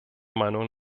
meinung